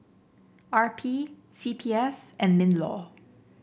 R P C P F and Minlaw